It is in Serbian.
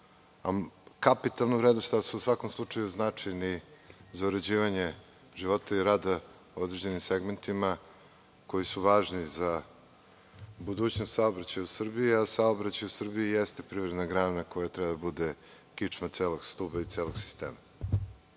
kapitalnu vrednost, ali su u svakom slučaju značajni za uređivanje života i rada u određenim segmentima koji su važni za budućnost saobraćaja u Srbiji, a saobraćaj u Srbiji jeste privredna grana koja treba da bude kičma celog stuba i celog sistema. Zaista